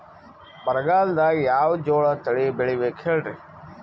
ಬರಗಾಲದಾಗ್ ಯಾವ ಜೋಳ ತಳಿ ಬೆಳಿಬೇಕ ಹೇಳ್ರಿ?